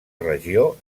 regió